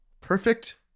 perfect